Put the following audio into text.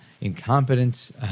incompetence